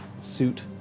suit